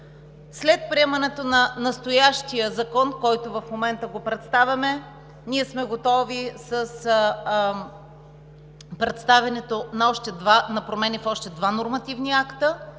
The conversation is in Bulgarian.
след приемането на настоящия закон, който в момента представяме, ние сме готови с промените на още два нормативни акта.